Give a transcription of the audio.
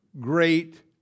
great